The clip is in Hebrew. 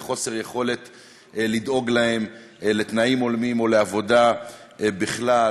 לחוסר יכולת לדאוג להם לתנאים הולמים או לעבודה בכלל,